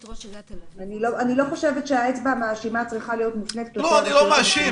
אני לא חושבת שהאצבע המאשימה צריכה להיות מופנית כלפי הרשויות המקומיות.